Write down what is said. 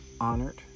honored